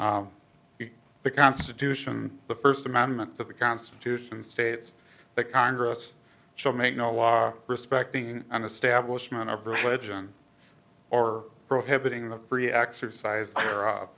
the constitution the first amendment that the constitution states that congress shall make no law respecting an establishment of religion or prohibiting the free exercise